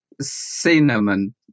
Cinnamon